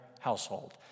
household